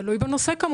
תלוי בנושא.